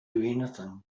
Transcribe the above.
anything